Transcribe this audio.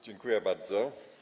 Dziękuję bardzo.